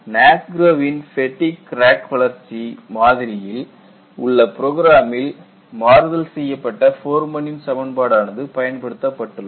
NASGROW ன் fatigue கிராக்வளர்ச்சி மாதிரியில் உள்ள புரோகிராமில் மாறுதல் செய்யப்பட்ட ஃபோர்மேன் ன் சமன்பாடு ஆனது பயன்படுத்தப்பட்டுள்ளது